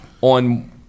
on